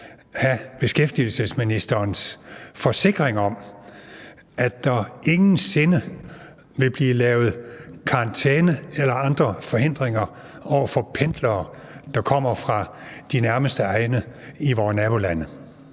have beskæftigelsesministerens forsikring om, at der ingen sinde vil blive lavet karantæne eller andre forhindringer over for pendlere, der kommer fra de nærmeste egne i vore nabolande.